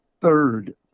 third